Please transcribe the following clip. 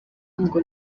ngo